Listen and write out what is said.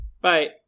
bye